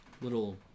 little